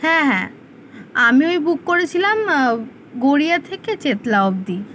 হ্যাঁ হ্যাঁ আমি ওই বুক করেছিলাম গড়িয়া থেকে চেতলা অব্দি